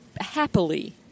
happily